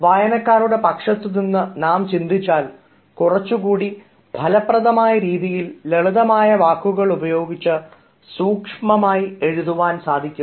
വായനക്കാരുടെ പക്ഷത്തുനിന്ന് നാം ചിന്തിച്ചാൽ കുറച്ചുകൂടി ഫലപ്രദമായ രീതിയിൽ ലളിതമായ വാക്കുകൾ ഉപയോഗിച്ച് സൂക്ഷ്മമായി എഴുതുവാനാകും